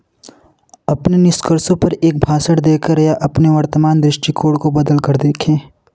अपने निष्कर्षों पर एक भाषण देकर या अपने वर्तमान दृष्टिकोण को बदलकर देखें